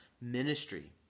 ministry